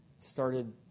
started